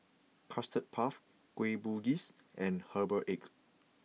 Custard Puff Kueh Bugis and Herbal Egg